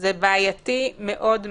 וזה בעייתי מאוד מאוד.